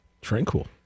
Tranquil